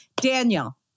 Daniel